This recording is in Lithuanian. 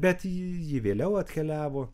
bet ji vėliau atkeliavo